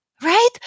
right